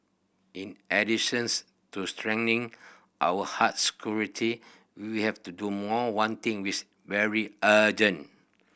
in additions to strengthening our hard security we have to do more one thing which very urgent